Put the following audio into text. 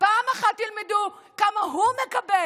פעם אחת תלמדו כמה הוא מקבל